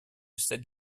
sept